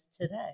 today